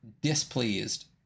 displeased